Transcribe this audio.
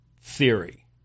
theory